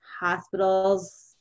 hospitals